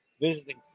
Visiting